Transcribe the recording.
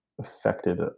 affected